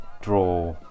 draw